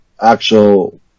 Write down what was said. actual